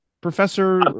Professor